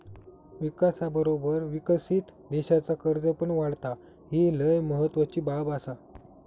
विकासाबरोबर विकसित देशाचा कर्ज पण वाढता, ही लय महत्वाची बाब आसा